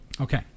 Okay